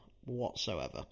whatsoever